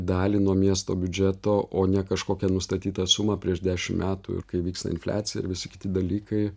dalį nuo miesto biudžeto o ne kažkokią nustatytą sumą prieš dešim metų ir kai vyksta infliacija ir visi kiti dalykai